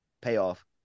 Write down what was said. payoff